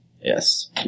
Yes